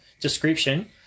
description